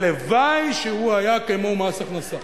הלוואי שהוא היה כמו מס הכנסה.